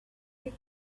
did